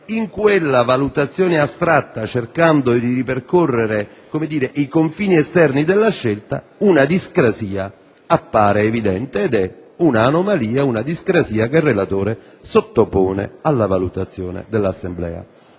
in quella valutazione astratta, cercando di ripercorrere, come dire, i confini esterni della scelta, una discrasia appare evidente ed è un'anomalia che il relatore sottopone alla valutazione dell'Assemblea.